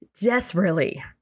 desperately